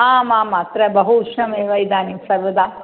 आम् आम् अत्र बहु उष्णमेव इदानीं सर्वदा